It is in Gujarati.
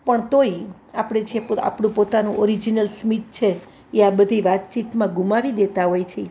પણ તોય આપણે જે આપણું પોતાનું ઓરીજનલ સ્મિત છે એ આ બધી વાતચીતમાં ગુમાવી દેતા હોઇ છીએ